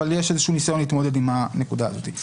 אבל יש ניסיון להתמודד עם הנקודה הזאת.